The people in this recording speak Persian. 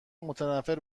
متنفر